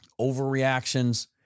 Overreactions